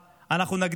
אנחנו נבחר באהבה,